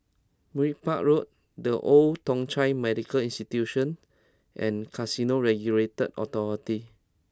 Merbau Road The Old Thong Chai Medical Institution and Casino Regulatory Authority